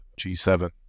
G7